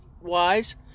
wise